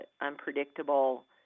unpredictable